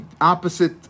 opposite